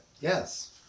yes